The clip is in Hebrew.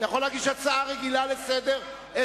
אתה יכול להגיש הצעה רגילה לסדר-היום.